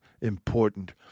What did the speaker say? important